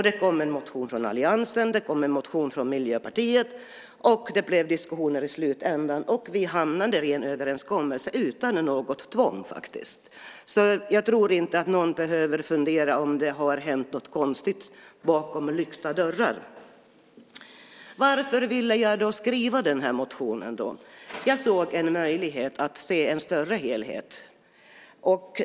Det kom också en motion från alliansen och en från Miljöpartiet. Det blev diskussioner i slutändan, och vi hamnade i en överenskommelse utan något tvång. Jag tror alltså inte att någon behöver fundera över om det har hänt något konstigt bakom lyckta dörrar. Varför ville jag då skriva den här motionen? Jag såg en möjlighet att se en större helhet.